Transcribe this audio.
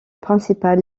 principal